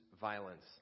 violence